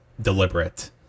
deliberate